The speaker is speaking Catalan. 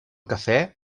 cafè